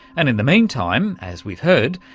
and in the meantime, as we've heard,